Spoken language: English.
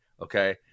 Okay